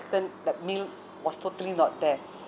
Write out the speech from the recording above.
chicken the meal was totally not there